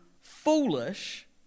foolish